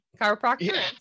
Chiropractor